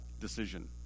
decision